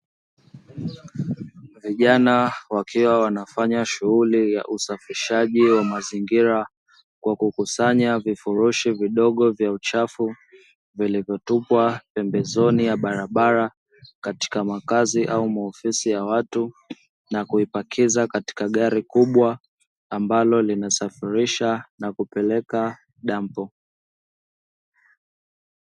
Vijana wakiwa wanafanya shughuli ya usafishaji wa mazingira kwa kukusanya vifurushi vidogo vya chafu vilivvyotupwa pembezoni ya barabara, katika makazi au maofisi ya watu na kuipakiza katika gari kubwa ambalo linasafirisha na kuipeleka dampo.